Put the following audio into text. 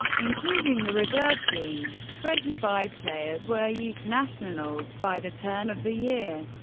including the reserve team. twenty five players were youth nationals by the turn of the year.